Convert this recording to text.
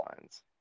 lines